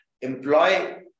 employ